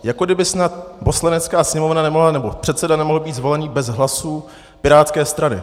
Jako kdyby snad Poslanecká sněmovna nemohla, nebo předseda nemohl být zvolen bez hlasů pirátské strany.